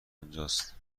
اونجاست